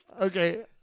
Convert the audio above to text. Okay